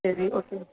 சரி ஓகே